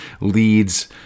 leads